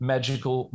Magical